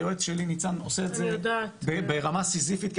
היועץ שלי ניצן עושה את זה ברמה סיזיפית,